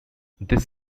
this